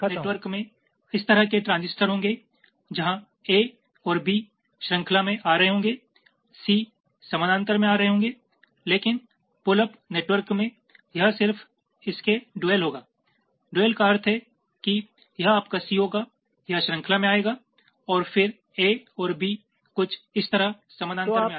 पुल down नेटवर्कमें इस तरह के ट्रांजिस्टर होंगे जहां a और b श्रृंखला में आ रहे होंगे c समानांतर में आ रहे होंगे लेकिन पुल अप नेटवर्कों में यह सिर्फ इस के डुअल होगा डुअलdual का अर्थ है कि यह आपका c होगा यह श्रृंखला में आएगा और फिर a और b कुछ इस तरह समानांतर में आ जाएगा